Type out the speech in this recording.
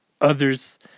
others